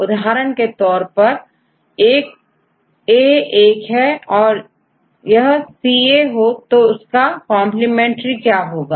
उदाहरण के तौर परAएक है यदि यहCA हो तो इसका कंप्लीमेंट्री क्या होगा